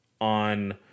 on